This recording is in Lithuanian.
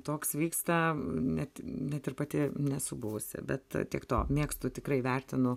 toks vyksta net net ir pati nesu buvusi bet tiek to mėgstu tikrai vertinu